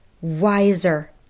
wiser